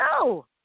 No